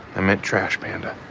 i meant trash panda